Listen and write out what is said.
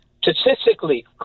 statistically